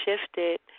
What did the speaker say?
shifted